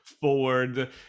forward